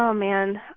um man.